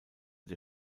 der